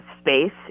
space